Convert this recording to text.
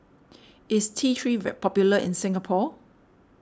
is T three vet popular in Singapore